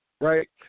right